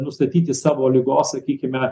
nustatyti savo ligos sakykime